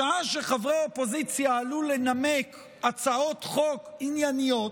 בשעה שחברי האופוזיציה עלו לנמק הצעות חוק ענייניות,